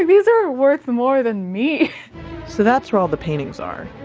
these are worth more than me so that's where all the paintings are.